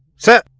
sir,